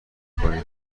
کنی